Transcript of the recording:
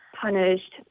punished